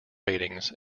ratings